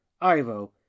Ivo